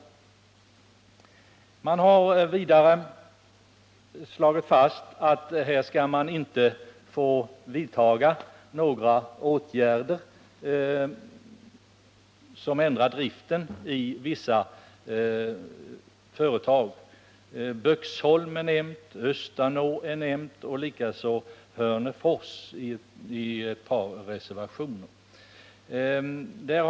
Vidare har man slagit fast att man inte skall få vidta några åtgärder som ändrar driften vid vissa företag. Här har i ett par reservationer Böksholms bruk, Östanå bruk liksom också Hörnefors nämnts.